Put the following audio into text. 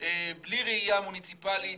בלי ראייה מוניציפאלית,